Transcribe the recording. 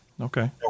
Okay